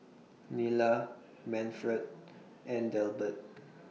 Nila Manford and Delbert